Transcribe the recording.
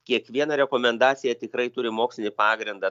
kiekviena rekomendacija tikrai turi mokslinį pagrindą